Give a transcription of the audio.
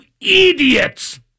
idiots